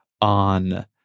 on